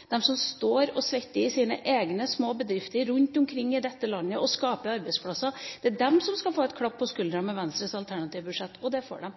dem som tjener aller minst, og få til et rødt og grønt skatteskifte. Vi ønsker faktisk å prioritere de som skaper arbeidsplasser, de som står og svetter i sine egne små bedrifter rundt omkring i dette landet og skaper arbeidsplasser. Det er de som skal få et klapp på skulderen med Venstres alternative budsjett, og det får de.